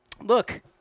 look